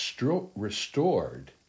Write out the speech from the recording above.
restored